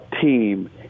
team